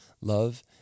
love